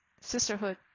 sisterhood